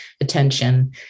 attention